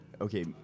Okay